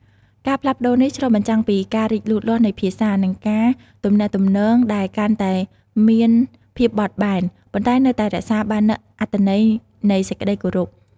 ការផ្លាស់ប្តូរនេះឆ្លុះបញ្ចាំងពីការរីកលូតលាស់នៃភាសា និងការទំនាក់ទំនងដែលកាន់តែមានភាពបត់បែន ប៉ុន្តែនៅតែរក្សាបាននូវអត្ថន័យនៃសេចក្ដីគោរព។